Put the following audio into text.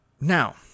Now